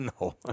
No